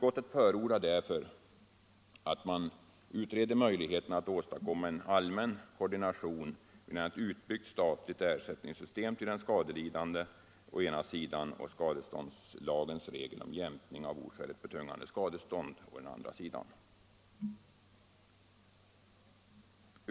Därför förordar utskottet att man utreder möjligheterna att åstadkomma en allmän koordination mellan ett utbyggt statligt ersättningssystem för den skadelidande å ena sidan och skadeståndslagens regel om jämkning av oskäligt betungande skadestånd å andra sidan.